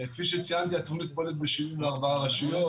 כפי שציינתי, התוכנית פועלת ב-74 רשויות.